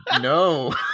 no